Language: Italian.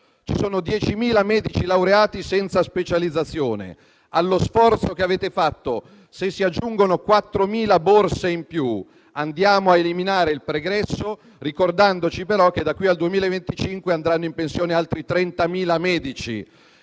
Ci sono 10.000 medici laureati senza specializzazione; allo sforzo che avete fatto, se si aggiungono 4.000 borse in più, andiamo a eliminare il pregresso, ricordandoci, però, che da qui al 2025 andranno in pensione altri 30.000 medici.